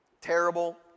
terrible